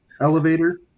Elevator